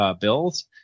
bills